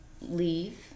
leave